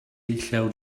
llew